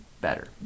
better